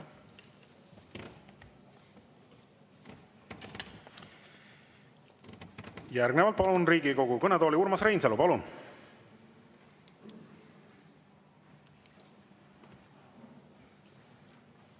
Järgnevalt palun Riigikogu kõnetooli Urmas Reinsalu. Palun!